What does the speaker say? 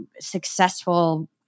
successful